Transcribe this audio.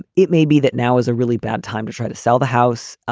it it may be that now is a really bad time to try to sell the house.